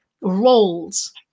roles